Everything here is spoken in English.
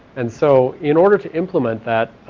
and so in order to implement that